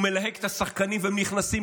הוא מלהק את השחקנים והם נכנסים,